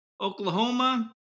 Oklahoma